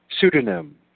pseudonym